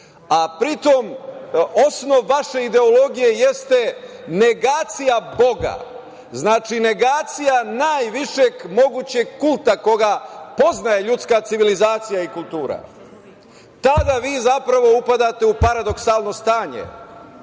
a pritom osnov vaše ideologije jeste negacija Boga, znači, negacija najvišeg mogućeg kulta koga poznaje ljudska civilizacija i kultura, tada vi zapravo upadate u paradoksalno stanje,